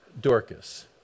Dorcas